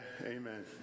Amen